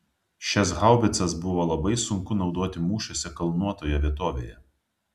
šias haubicas buvo labai sunku naudoti mūšiuose kalnuotoje vietovėje